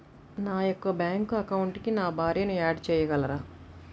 నా యొక్క బ్యాంక్ అకౌంట్కి నా భార్యని యాడ్ చేయగలరా?